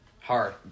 Hard